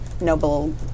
noble